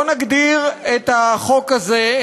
בואו נגדיר את החוק הזה,